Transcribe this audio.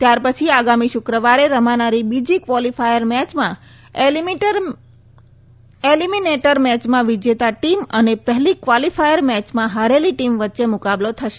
ત્યાર પછી આગામી શુક્રવારે રમાનારી બીજી ક્વોલિફાયર મેચમાં એલિમિનેટર મેચમાં વિજેતા ટીમ અને પહેલી ક્વાલીફાયર મેચમાં હારેલી ટીમ વચ્ચે મુકાબલો થશે